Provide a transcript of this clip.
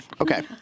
Okay